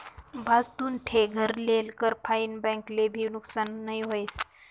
भाजतुन ठे घर लेल कर फाईन बैंक ले भी नुकसान नई व्हस